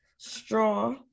Straw